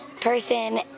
person